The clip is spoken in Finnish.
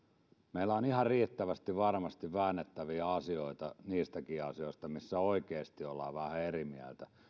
meillä on varmasti ihan riittävästi väännettävää niistäkin asioista missä oikeasti ollaan vähän eri mieltä